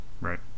Right